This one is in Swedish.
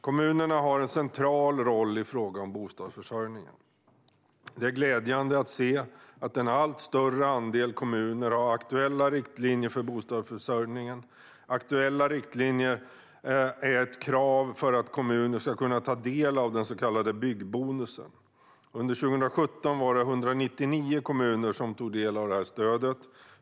Kommunerna har en central roll i fråga om bostadsförsörjningen. Det är glädjande att se att en allt större andel kommuner har aktuella riktlinjer för bostadsförsörjningen. Aktuella riktlinjer är ett krav för att kommuner ska kunna ta del av den så kallade byggbonusen. Under 2017 var det 199 kommuner som tog del av detta stöd.